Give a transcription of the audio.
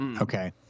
Okay